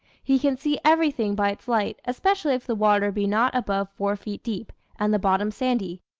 he can see everything by its light, especially if the water be not above four feet deep, and the bottom sandy.